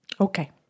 okay